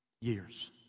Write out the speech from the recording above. years